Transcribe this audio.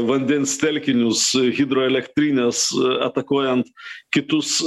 vandens telkinius hidroelektrines atakuojant kitus